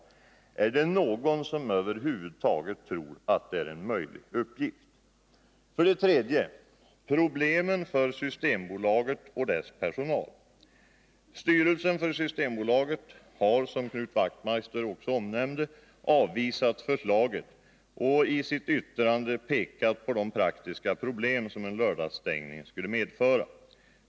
Är det någon som över huvud taget tror att det är en möjlig uppgift? Vår tredje invändning gäller problemen för Systembolaget och dess personal. Styrelsen för Systembolaget har avvisat förslaget och i sitt yttrande pekat på de praktiska problem som en lördagsstängning skulle medföra.